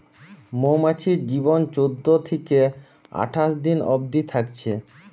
মৌমাছির জীবন চোদ্দ থিকে আঠাশ দিন অবদি থাকছে